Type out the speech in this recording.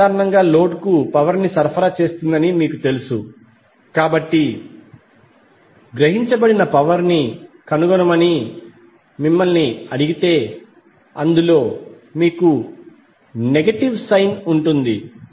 source సాధారణంగా load కు power ని సరఫరా చేస్తుందని మీకు తెలుసు కాబట్టి గ్రహించబడిన పవర్ ని కనుగొనమని మిమ్మల్ని అడిగితే అందులో మీకు నెగటివ్ సైన్ ఉంటుంది